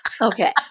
Okay